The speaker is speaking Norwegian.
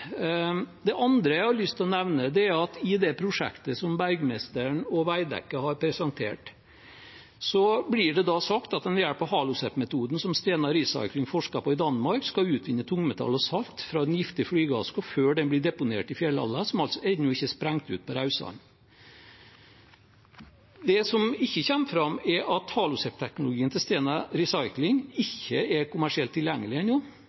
Det andre jeg har lyst til å nevne, er at i det prosjektet som Bergmesteren og Veidekke har presentert, blir sagt at en ved hjelp av HaloSep-metoden, som Stena Recycling har forsket på i Danmark, skal utvinne tungmetaller og salt fra den giftig flygeasken før den blir deponert i fjellhaller, som altså ennå ikke er sprengt ut, på Raudsand. Det som ikke kommer fram, er at HaloSep-teknologien til Stena Recycling ikke er kommersielt tilgjengelig ennå.